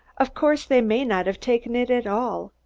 of course, they may not have taken it at all.